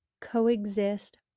coexist